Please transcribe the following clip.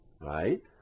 right